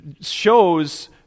shows